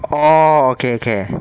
oh okay okay